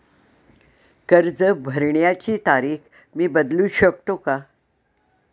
कर्ज भरण्याची तारीख मी बदलू शकतो का?